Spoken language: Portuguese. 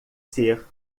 ser